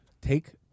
take